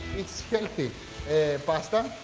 it's healthy pasta.